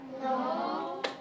No